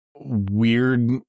weird